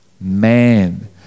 man